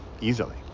easily